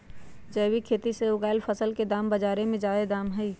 जैविक खेती से उगायल फसल के बाजार में जादे दाम हई